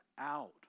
out